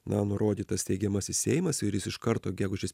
na nurodytas steigiamasis seimas ir jis iš karto gegužės